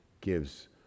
gives